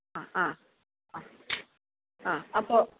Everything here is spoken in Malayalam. ആ ആ ആ ആ അപ്പോള്